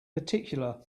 particular